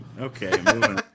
Okay